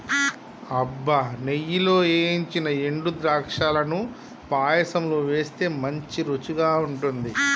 అబ్బ నెయ్యిలో ఏయించిన ఎండు ద్రాక్షలను పాయసంలో వేస్తే మంచి రుచిగా ఉంటుంది